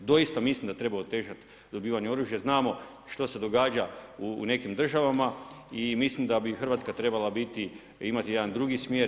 Doista mislim da treba otežati dobivanje oružja, jer znamo, što se događa u nekim državama i mislim da bi Hrvatska trebala biti, imati jedan drugi smjer.